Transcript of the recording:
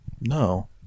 No